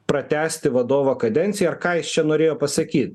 pratęsti vadovo kadenciją ar ką jis čia norėjo pasakyt